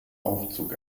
aufzug